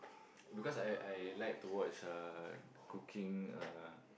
because I I like to watch uh cooking uh